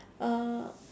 uh